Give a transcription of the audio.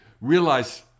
realize